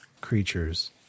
creatures